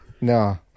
No